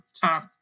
top